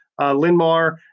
Linmar